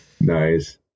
Nice